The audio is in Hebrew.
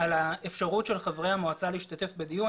על האפשרות של חברי המועצה להשתתף בדיון.